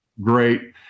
great